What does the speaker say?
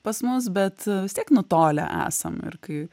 pas mus bet vis tiek nutolę esam ir kai